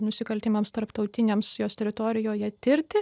nusikaltimams tarptautiniams jos teritorijoje tirti